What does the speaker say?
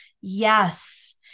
yes